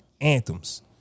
anthems